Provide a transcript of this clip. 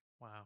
Wow